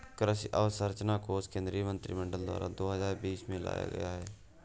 कृषि अंवसरचना कोश केंद्रीय मंत्रिमंडल द्वारा दो हजार बीस में लाया गया